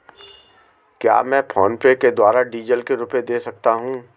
क्या मैं फोनपे के द्वारा डीज़ल के रुपए दे सकता हूं?